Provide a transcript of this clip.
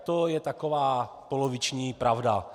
To je taková poloviční pravda.